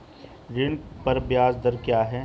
ऋण पर ब्याज दर क्या है?